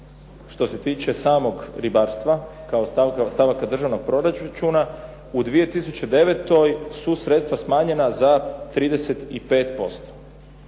što se tiče samog ribarstva, kao stavak državnog proračuna, u 2009. su sredstva smanjena za 35%